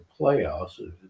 playoffs